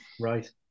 Right